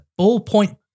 ballpoint